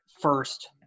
first